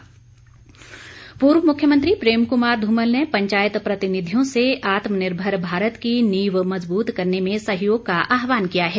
धूमल पूर्व मुख्यमंत्री प्रेम कमार ध्रमल ने पंचायत प्रतिनिधियों से आत्मनिर्भर भारत की नींव मजबूत करने में सहयोग का आहवान किया है